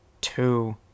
Two